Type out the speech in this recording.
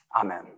Amen